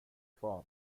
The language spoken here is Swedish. kvar